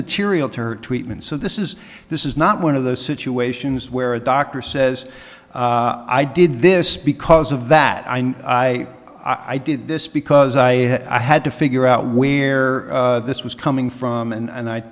immaterial to her treatment so this is this is not one of those situations where a doctor says i did this because of that i know i i did this because i i had to figure out where this was coming from and i and i